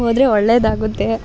ಹೋದ್ರೆ ಒಳ್ಳೆಯದಾಗುತ್ತೆ